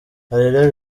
areruya